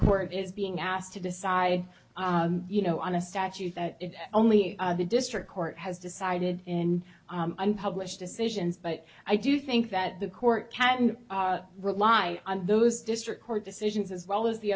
court is being asked to decide you know on a statute that only the district court has decided in unpublished decisions but i do think that the court can rely on those district court decisions as well as the